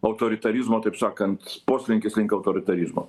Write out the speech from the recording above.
autoritarizmo taip sakant poslinkis link autoritarizmo